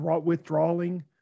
withdrawing